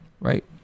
right